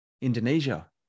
Indonesia